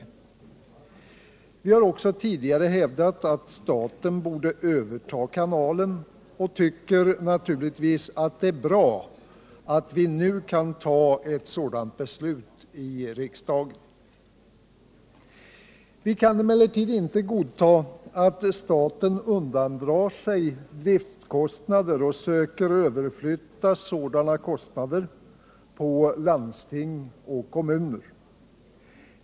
Vi har också tidigare hävdat att staten borde överta kanalen och tycker naturligtvis att det är bra att vi nu kan fatta ett sådant beslut i riksdagen. Vi kan emellertid inte godta att staten undandrar sig driftkostnader och söker överflytta sådana kostnader på landsting och kommuner.